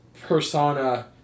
persona